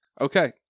Okay